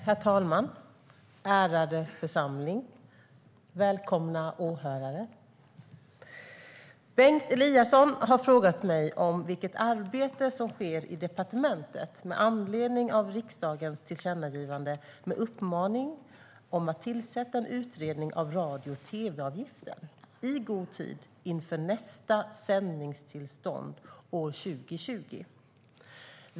Herr talman och ärade församling! Välkomna, åhörare! Bengt Eliasson har frågat mig vilket arbete som sker i departementet med anledning av riksdagens tillkännagivande med uppmaning att tillsätta en utredning av radio och tv-avgiften i god tid inför nästa sändningstillstånd år 2020.